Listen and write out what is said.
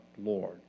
Lord